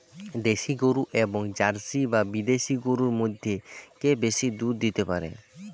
দেশী গরু এবং জার্সি বা বিদেশি গরু মধ্যে কে বেশি দুধ দিতে পারে?